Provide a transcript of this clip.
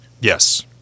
Yes